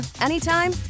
anytime